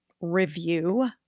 review